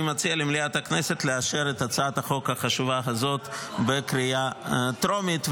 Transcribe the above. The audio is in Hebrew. אני מציע למליאת הכנסת לאשר את הצעת החוק החשובה הזאת בקריאה הטרומית.